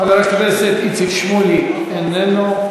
חבר הכנסת איציק שמולי, איננו.